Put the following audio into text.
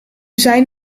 zijn